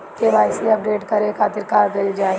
KYC update करे के खातिर का कइल जाइ?